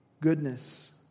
goodness